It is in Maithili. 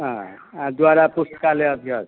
हँ आ द्वारा पुस्तकालय अध्यक्ष